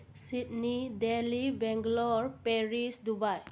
Sydney Delhi Bangalore Paris Dubai